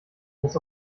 muss